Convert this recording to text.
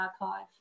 archive